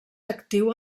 actiu